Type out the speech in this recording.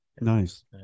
Nice